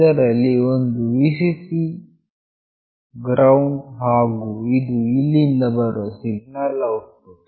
ಇದರಲ್ಲಿ ಒಂದು VccGND ಹಾಗು ಇದು ಇಲ್ಲಿಂದ ಬರುವ ಸಿಗ್ನಲ್ ನ ಔಟ್ಪುಟ್